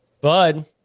Bud